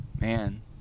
man